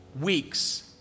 weeks